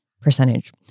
percentage